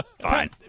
Fine